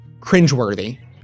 cringeworthy